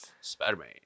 Spider-Man